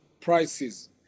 prices